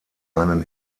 einen